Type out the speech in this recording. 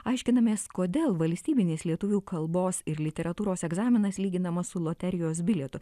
aiškinamės kodėl valstybinės lietuvių kalbos ir literatūros egzaminas lyginamas su loterijos bilietu